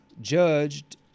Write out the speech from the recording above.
judged